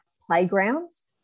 playgrounds